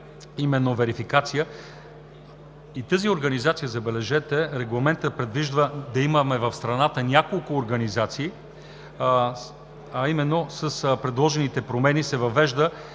за верификацията. За тази организация, забележете, Регламентът предвижда да имаме в страната няколко организации, а именно с предложените промени се въвежда